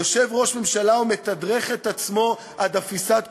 יושב ראש ממשלה ומתדרך את עצמו עד אפיסת כוחות,